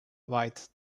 white